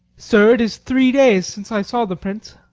sir, it is three days since i saw the prince.